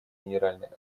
генеральной